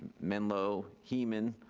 menlo, hemet